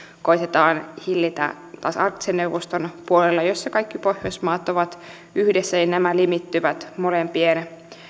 koetetaan hillitä taas arktisen neuvoston puolella jossa kaikki pohjoismaat ovat yhdessä eli nämä limittyvät molempien